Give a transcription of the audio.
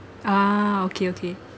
ah okay okay